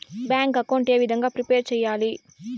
Bank account ఏ విధంగా prepare సెయ్యాలి?